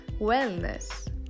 wellness